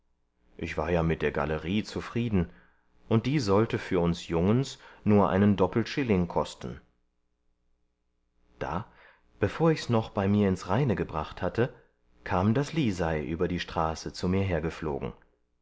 ich war ja mit der galerie zufrieden und die sollte für uns jungens nur einen doppeltschilling kosten da bevor ich's noch bei mir ins reine gebracht hatte kam das lisei über die straße zu mir hergeflogen